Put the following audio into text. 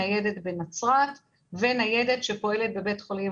ניידת בנצרת וניידת שפועלת בבית חולים